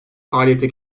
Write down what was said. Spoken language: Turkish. faaliyete